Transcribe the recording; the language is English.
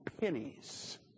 pennies